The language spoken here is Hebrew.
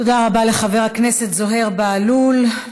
תודה לחבר הכנסת זוהיר בהלול.